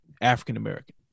African-American